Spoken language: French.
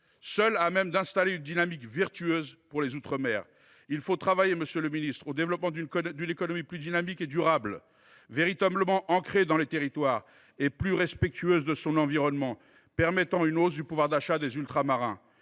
seuls à même d’enclencher une dynamique vertueuse pour les outre mer. Monsieur le ministre, il faut travailler au développement d’une économie plus dynamique et durable, véritablement ancrée dans les territoires et plus respectueuse de son environnement, permettant une hausse du pouvoir d’achat des Ultramarins.